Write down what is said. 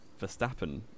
Verstappen